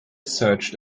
searched